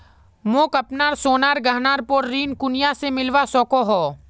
मोक अपना सोनार गहनार पोर ऋण कुनियाँ से मिलवा सको हो?